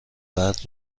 بعد